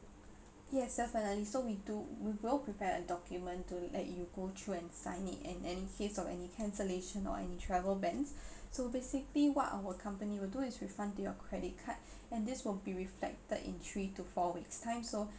yes definitely so we do we will prepare a document to let you go through and sign it and any case of any cancellation or any travel bans so basically what our company will do is refund to your credit card and this will be reflected in three to four weeks time so